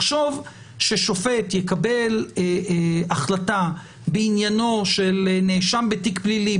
לחשוב ששופט יקבל החלטה בעניינו של נאשם בתיק פלילי,